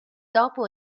dopo